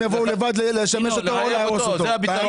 הם יבואו לבד להשמיש אותו או להרוס אותו.